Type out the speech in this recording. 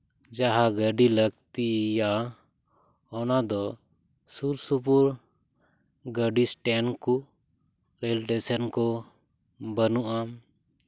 ᱡᱟᱦᱟᱸ ᱜᱟᱹᱰᱤ ᱞᱟᱹᱠᱛᱤᱭᱟ ᱚᱱᱟ ᱫᱚ ᱥᱩᱨ ᱥᱩᱯᱩᱨ ᱜᱟᱹᱰᱤ ᱮᱥᱴᱮᱱᱰ ᱠᱚ ᱨᱮ ᱞ ᱴᱮᱥᱮᱱ ᱠᱚ ᱵᱟᱹᱱᱩᱜᱼᱟ